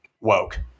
woke